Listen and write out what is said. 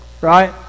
right